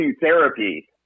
therapy